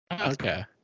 Okay